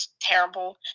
terrible